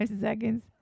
seconds